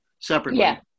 separately